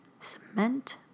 cement